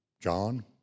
John